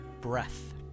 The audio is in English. breath